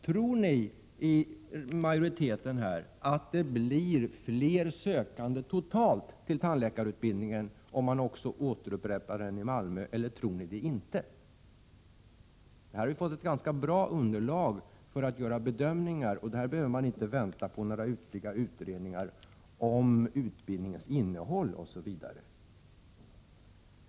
Tror ni inom majoriteten att det blir fler sökande totalt till tandläkarutbildningen om man återupprättar den i Malmö eller tror ni det inte? Vi har ju fått ett ganska bra underlag för att göra bedömningar, och där behöver man inte vänta på ytterligare utredningar om utbildningens innehåll osv.